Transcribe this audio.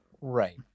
right